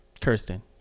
Kirsten